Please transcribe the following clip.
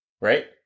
right